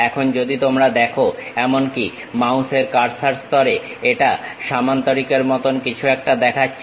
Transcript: এখন যদি তোমরা দেখো এমনকি মাউসের কার্সর স্তরে এটা সামান্তরিকের মতন কিছু একটা দেখাচ্ছে